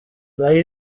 nayo